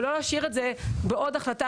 ולא להשאיר את זה לעוד החלטה,